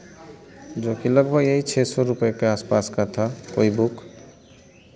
जोकि लगभग यही छह सौ रुपए के आस पास का था कोई बुक